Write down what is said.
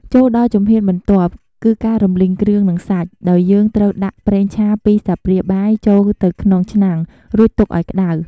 ចូលដល់ជំហានបន្ទាប់ គឺការរំលីងគ្រឿង និងសាច់ ដោយយើងត្រូវដាក់ ប្រេងឆា ២ ស្លាបព្រាបាយចូលទៅក្នុងឆ្នាំង រួចទុកឱ្យក្ដៅ។